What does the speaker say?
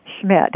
Schmidt